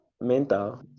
mental